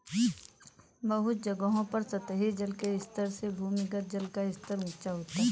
बहुत जगहों पर सतही जल के स्तर से भूमिगत जल का स्तर ऊँचा होता है